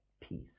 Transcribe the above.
peace